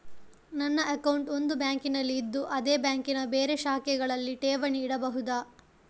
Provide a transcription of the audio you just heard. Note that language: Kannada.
ನನ್ನ ಅಕೌಂಟ್ ಒಂದು ಬ್ಯಾಂಕಿನಲ್ಲಿ ಇದ್ದು ಅದೇ ಬ್ಯಾಂಕಿನ ಬೇರೆ ಶಾಖೆಗಳಲ್ಲಿ ಠೇವಣಿ ಇಡಬಹುದಾ?